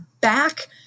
back